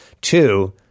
Two